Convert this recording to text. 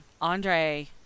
Andre